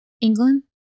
England